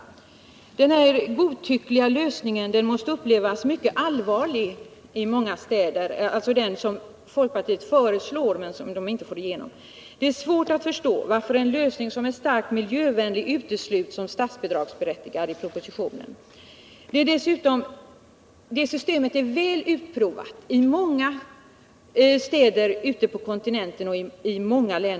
Den godtyckliga lösning som folkpartiet föreslår men inte får igenom måste upplevas såsom mycket allvarlig i många städer. Det är svårt att förstå varför en lösning som är starkt miljövänlig utesluts från statsbidrag i propositionen. Systemet är också väl utprovat i många städer ute på kontinenten.